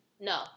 No